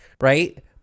right